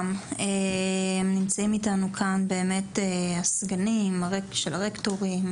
נמצאים אתנו כאן באמת הסגנים של הרקטורים,